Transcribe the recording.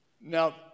Now